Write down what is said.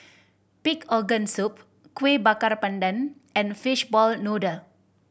pig organ soup Kuih Bakar Pandan and fishball noodle